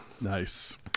Nice